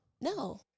No